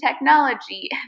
technology